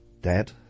dad